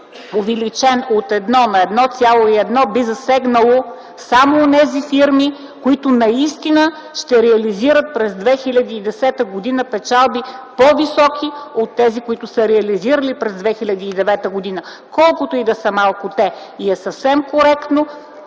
увеличен от 1 на 1,1, би засегнало само онези фирми, които наистина ще реализират през 2010 г. печалби по-високи от тези, които са реализирали през 2009 г., колкото и да са малко те. Съвсем коректно